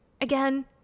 Again